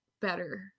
better